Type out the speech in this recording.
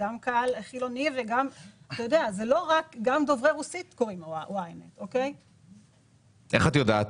גם קהל חילוני וגם דוברי רוסית שקוראים YNET -- איך את יודעת?